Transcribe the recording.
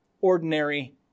ordinary